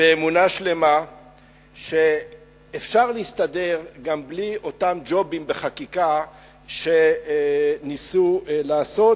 באמונה שלמה שאפשר להסתדר גם בלי אותם ג'ובים בחקיקה שניסו לעשות,